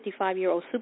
55-year-old